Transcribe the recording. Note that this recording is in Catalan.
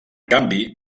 canvi